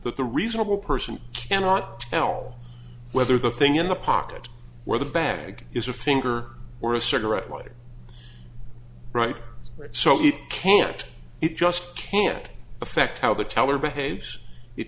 that the reasonable person cannot tell whether the thing in the pocket where the bag is a finger or a cigarette lighter right right so it can't it just can't affect how the teller behaves it